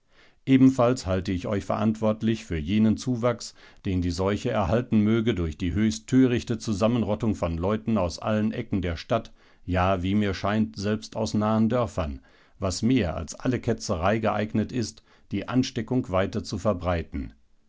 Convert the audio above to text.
ebenfalls halte ich euch verantwortlich für jeden zuwachs den die seuche erhalten möge durch die höchst törichte zusammenrottung von leuten aus allen ecken der stadt ja wie mir scheint selbst aus nahen dörfern was mehr als alle ketzerei geeignet ist die ansteckung weiter zu verbreiten